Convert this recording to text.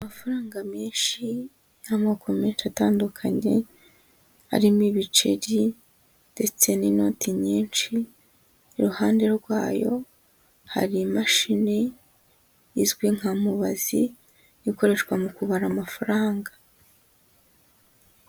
Amafaranga menshi y'amoko menshi atandukanye, arimo ibiceri, ndetse n'inoti nyinshi, iruhande rwayo hari imashini izwi nka mubazi, ikoreshwa mu kubara amafaranga.